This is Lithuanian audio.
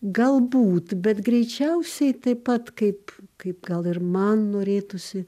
galbūt bet greičiausiai taip pat kaip kaip gal ir man norėtųsi